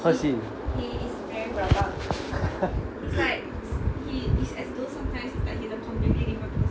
how is he